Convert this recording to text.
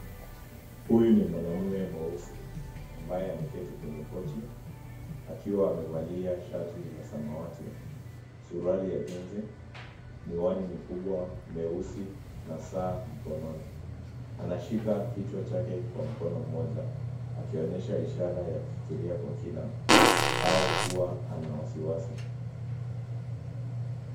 Huyu ni mwanamume mweusi ambaye ameketi kwenye kochi akiwa amevalia shati la samawati, surali ya jeans , miwani mikubwa meusi na saa mkononi. Anashika kichwa chake kwa mkono mmoja ikionyesha ishara ya kufikiria kwa kina au kuwa ana wasiwasi.